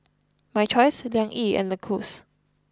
My Choice Liang Yi and Lacoste